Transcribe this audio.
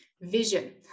Vision